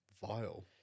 vile